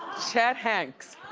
chet hanks.